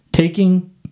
...taking